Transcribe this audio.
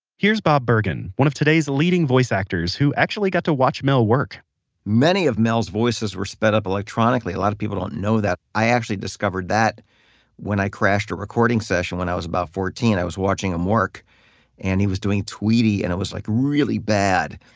here's bob bergen, one of today's leading voice actors, who actually got to watch mel work many of mel's voices were sped up electronically. a lot of people don't know that. i actually discovered that when i crashed a recording session when i was about fourteen. i was watching him work and he was doing tweety and it was like really bad.